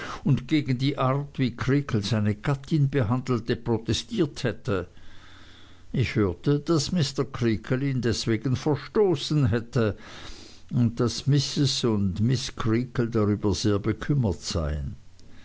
und gegen die art wie creakle seine gattin behandelte protestiert hätte ich hörte daß mr creakle ihn deswegen verstoßen hätte und daß mrs und miß creakle darüber sehr bekümmert seien